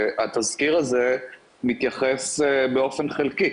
שהתזכיר הזה מתייחס באופן חלקי.